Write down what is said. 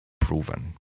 proven